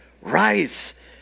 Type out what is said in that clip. rise